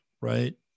right